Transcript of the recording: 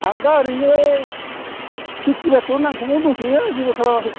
आंदा ओरैनो खेथि बाथियावनो नांथाबना दंथ'यो जेबो खालामाखै